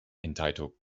entitled